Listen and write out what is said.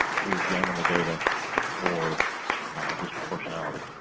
to examine the data for a disproportionality